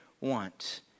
want